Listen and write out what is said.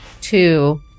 two